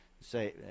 say